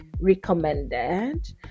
recommended